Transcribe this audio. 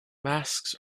masks